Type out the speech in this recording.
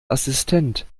assistent